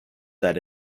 that